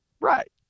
Right